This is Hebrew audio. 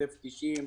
שוטף 90,